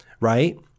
right